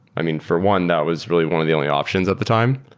i mean, for one, that was really one of the only options at the time.